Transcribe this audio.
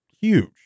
huge